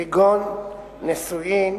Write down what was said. כגון נישואים,